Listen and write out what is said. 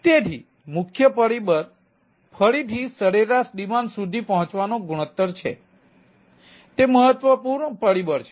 તેથી મુખ્ય પરિબળ ફરીથી સરેરાશ ડિમાન્ડ સુધી પહોંચવાનો ગુણોત્તર છે તેથી તે મહત્વપૂર્ણ પરિબળ છે